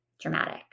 Dramatic